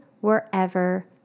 wherever